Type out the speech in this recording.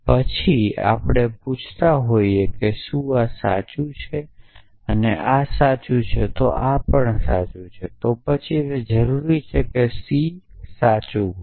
પછી આપણે કહીયે છીયે કે કે શું આ સાચું છે અને આ સાચું છે આ પણ સાચું છે તો પછી શું તે જરૂરી છે કે c સાચું છે